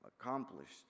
accomplished